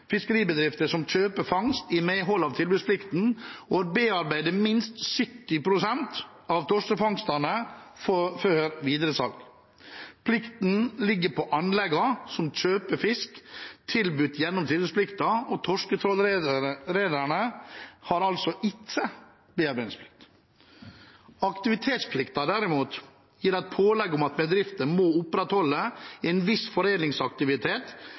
fiskeribedrifter som kjøper fangst i medhold av tilbudsplikten, å bearbeide minst 70 pst. av torskefangstene før videresalg. Plikten ligger på anleggene som kjøper fisk tilbudt gjennom tilbudsplikten, og torsketrålrederne har altså ikke bearbeidingsplikt. Aktivitetsplikten derimot gir et pålegg om at bedrifter må opprettholde en viss foredlingsaktivitet